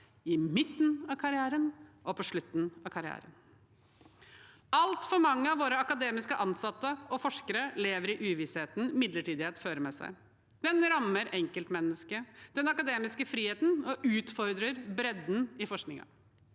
i midten av karrieren og på slutten av karrieren. Altfor mange av våre akademisk ansatte og forskere lever i uvissheten midlertidighet fører med seg. Den rammer enkeltmennesker, den akademiske friheten og utfordrer bredden i forskningen.